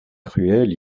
cruel